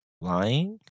lying